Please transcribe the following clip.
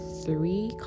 three